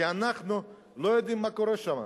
שאנחנו לא יודעים מה קורה שם.